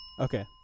Okay